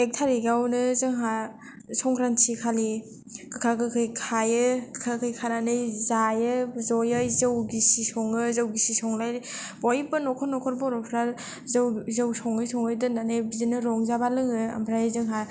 एक तारिकयावनो जोंहा संख्रांथि खालि गोखा गोखै खायो गोखा गोखै खानानै जायो जयै जौगिसि संयो जौ गिसि संनानै बयबो नखर नखर बर'फ्रा जौ संयै संयै दोनानै बिदिनो रंजाबा लोंयो आमफ्राय जोंहा